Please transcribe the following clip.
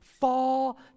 fall